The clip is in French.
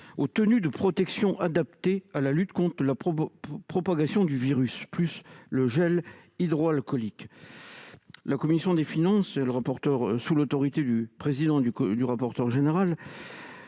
aux tenues de protection adaptées à la lutte contre la propagation du virus et au gel hydroalcoolique. La commission des finances, sous l'autorité de son président et de son rapporteur général,